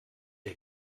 der